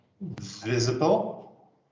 visible